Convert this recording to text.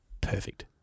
Perfect